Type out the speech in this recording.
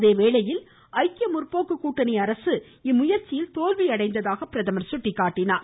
அதே வேளையில் ஐக்கிய முற்போக்கு கூட்டணி அரசு இம்முயற்சியில் தோல்வியடைந்ததாக அவர் சுட்டிக்காட்டினார்